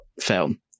film